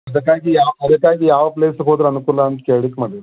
ಅದಕ್ಕಾಗಿ ಯಾವ ಅದಕ್ಕಾಗಿ ಯಾವ ಪ್ಲೇಸ್ಗೆ ಹೋದ್ರೆ ಅನುಕೂಲ ಅಂತ ಕೇಳ್ಲಿಕ್ಕೆ ಮಾಡಿದ್ವಿ ಸರ್